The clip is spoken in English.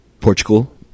Portugal